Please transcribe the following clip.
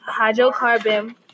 hydrocarbon